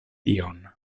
tion